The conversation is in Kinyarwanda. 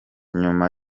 nyuma